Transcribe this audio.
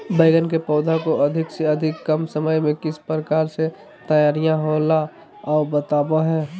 बैगन के पौधा को अधिक से अधिक कम समय में किस प्रकार से तैयारियां होला औ बताबो है?